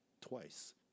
twice